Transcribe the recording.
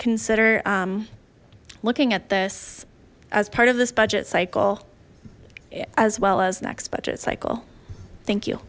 consider looking at this as part of this budget cycle as well as next budget cycle thank you